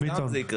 ואז בטח זה יקרה.